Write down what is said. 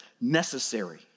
necessary